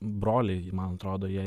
broliai man atrodo jie